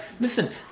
listen